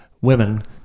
women